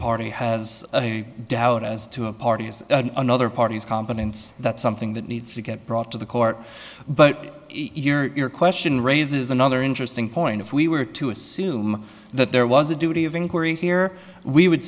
party has a doubt as to a party as another parties competence that's something that needs to get brought to the court but your question raises another interesting point if we were to assume that there was a duty of inquiry here we would